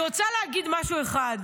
אני רוצה להגיד משהו אחד.